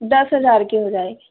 दस हज़ार के हो जाए